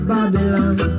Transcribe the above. Babylon